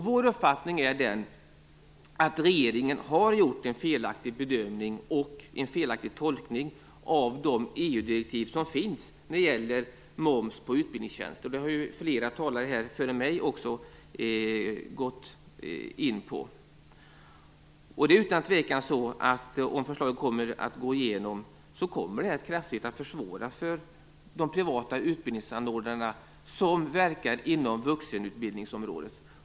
Vår uppfattning är att regeringen har gjort en felaktig bedömning och en felaktig tolkning av de EU direktiv som finns när det gäller moms på utbildningstjänster. Det har flera talare före mig också gått in på. Om förslaget går igenom så kommer det utan tvekan kraftigt att försvåra för de privata utbildningsanordnare som verkar inom vuxenutbildningsområdet.